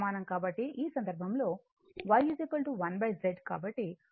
కాబట్టి ఈ సందర్భంలో Y 1 Z